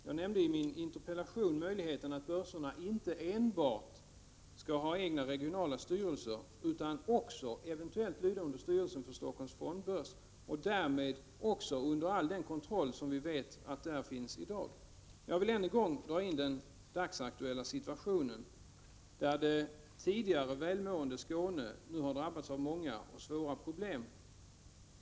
Jag nämnde i interpellationen möjligheten att börserna inte enbart skulle ha egna regionala styrelser utan också eventuellt lyda under styrelsen för Helsingforss fondbörs och därmed också vara underkastade all den kontroll som vi vet finns där. Jag vill än en gång ta upp den dagsaktuella situationen, där det tidigare välmående Skåne nu drabbats av många och svåra problem.